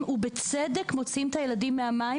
ויש לנו בסיוע של הוועדה שעוסקת בבטיחות ילדים,